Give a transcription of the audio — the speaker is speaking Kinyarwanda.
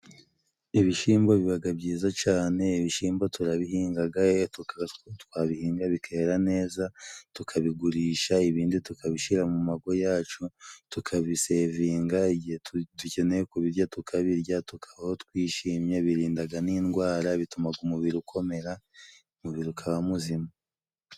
Ibishimbo bibaga byiza cane, ibishimbo turabihingaga, twabihinga bikera neza, tukabigurisha, ibindi tukabishira mu mago yacu, tukabisevinga, igihe dukeneye kubirya tukabirya, tukabaho twishimye, birindaga n'indwara, bitumaga umubiri ukomera, umubiri ukaba muzima.